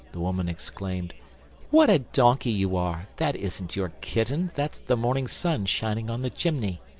the woman exclaimed what a donkey you are! that isn't your kitten, that's the morning sun shining on the chimney.